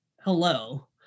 hello